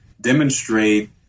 demonstrate